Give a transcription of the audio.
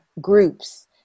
groups